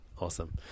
Awesome